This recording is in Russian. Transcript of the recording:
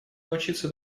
научиться